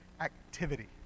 activity